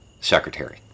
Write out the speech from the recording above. secretary